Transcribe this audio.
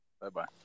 Bye-bye